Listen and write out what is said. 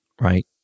right